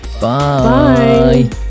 Bye